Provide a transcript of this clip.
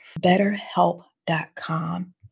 BetterHelp.com